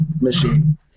machine